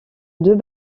deux